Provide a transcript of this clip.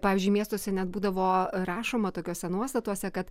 pavyzdžiui miestuose net būdavo rašoma tokiuose nuostatuose kad